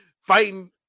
fighting